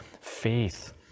faith